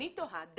אני תוהה,